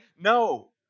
No